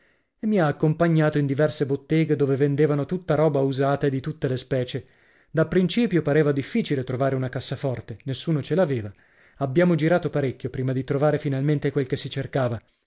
e mi ha accompagnato in diverse botteghe dove vendevano tutta roba usata e di tutte le specie da principio pareva difficile trovare una cassaforte nessuno ce l'aveva abbiamo girato parecchio prima di trovare finalmente quel che si cercava